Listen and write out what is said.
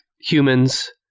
humans